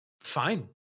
Fine